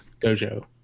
dojo